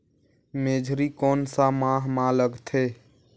मेझरी कोन सा माह मां लगथे